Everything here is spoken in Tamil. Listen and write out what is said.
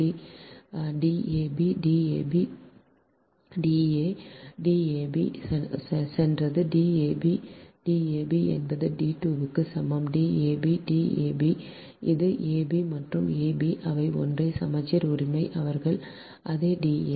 D மற்றும் dab da dab சென்றது dab dab என்பது d2 க்கு சமம் dab dab இது ab மற்றும் ab அவை ஒன்றே சமச்சீர் உரிமை அவர்கள் அதே ab